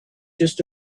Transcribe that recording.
just